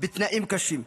בתנאים קשים.